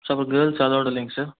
sir girls allowed இல்லைங்க sir